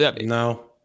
no